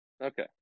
Okay